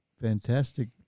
fantastic